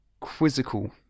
quizzical